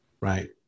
right